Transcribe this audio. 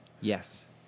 Yes